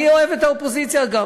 אני אוהב את האופוזיציה, אגב.